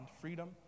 freedom